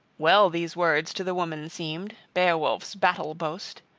well these words to the woman seemed, beowulf's battle-boast.